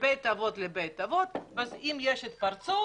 מבית אבות לבית אבות ואם יש התפרצות,